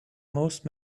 most